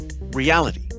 reality